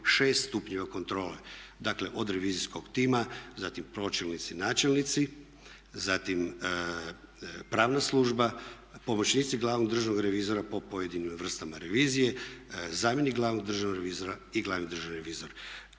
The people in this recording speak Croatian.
6 stupnjeva kontrole. Dakle, od revizijskog tima zatim pročelnici, načelnici, zatim pravna služba, pomoćnici glavnog državnog revizora po pojedinim vrstama revizije, zamjenik glavnog državnog revizora i glavni državi revizor.